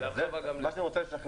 לו יצויר